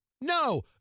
No